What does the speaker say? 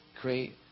great